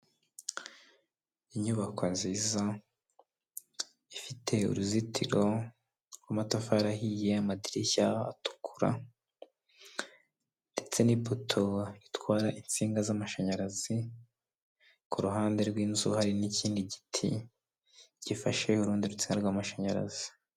Inyubako nziza, ifite uruzitiro rw'amafari ahiye, amadirishya atukura, ndetse n'ipoto itwara insinga z'amashanyarazi, ku ruhande rw'inzu, hari n'ikindi giti gifashe ho urundi rusinga rw'amashanyarazi.